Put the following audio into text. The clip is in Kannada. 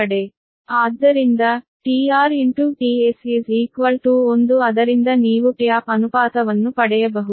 ಆದ್ದರಿಂದ tRtS 1 ಅದರಿಂದ ನೀವು ಟ್ಯಾಪ್ ಅನುಪಾತವನ್ನು ಪಡೆಯಬಹುದು